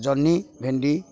ଜହ୍ନି ଭେଣ୍ଡି